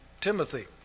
Timothy